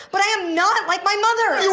but i'm not like my mother